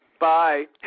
Bye